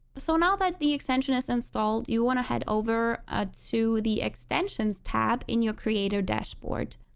so now that the extension is installed you want to head over ah to the extensions tab in your creator dashboard